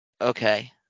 Okay